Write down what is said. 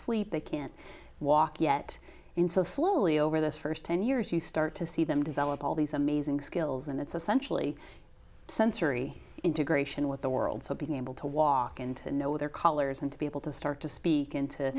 sleep they can't walk yet in so slowly over those first ten years you start to see them develop all these amazing skills and it's essentially sensory integration with the world so being able to walk into know their collars and to be able to start to speak and to